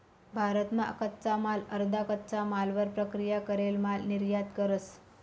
भारत मा कच्चा माल अर्धा कच्चा मालवर प्रक्रिया करेल माल निर्यात करस